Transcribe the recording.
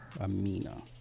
amina